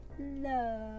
Love